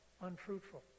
unfruitful